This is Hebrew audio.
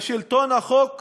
לשלטון החוק